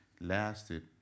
lasted